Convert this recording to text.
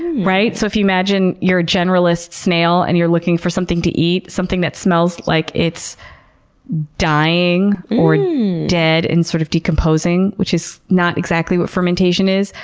so if you imagine you're a generalist snail and you're looking for something to eat, something that smells like it's dying or dead and sort of decomposing, which is not exactly what fermentation is,